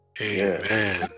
Amen